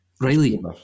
Riley